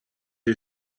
who